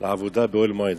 לעבודה באוהל מועד.